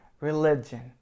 religion